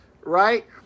Right